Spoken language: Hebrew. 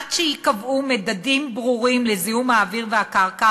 עד שייקבעו מדדים ברורים לזיהום האוויר והקרקע